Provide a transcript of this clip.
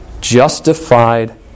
justified